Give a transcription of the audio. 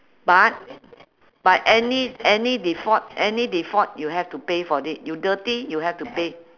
but but any any default any default you have to pay for it you dirty you have to pay